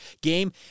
game